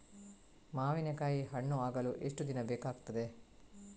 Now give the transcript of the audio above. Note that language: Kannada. ಮಾವಿನಕಾಯಿ ಹಣ್ಣು ಆಗಲು ಎಷ್ಟು ದಿನ ಬೇಕಗ್ತಾದೆ?